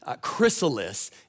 chrysalis